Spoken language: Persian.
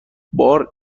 بار